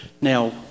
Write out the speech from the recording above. Now